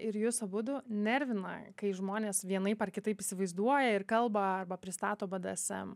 ir jus abudu nervina kai žmonės vienaip ar kitaip įsivaizduoja ir kalba arba pristato bdsm